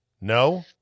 No